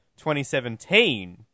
2017